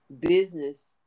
business